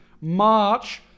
March